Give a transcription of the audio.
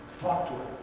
talk to it.